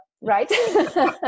right